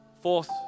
Fourth